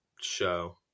show